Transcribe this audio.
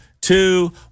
two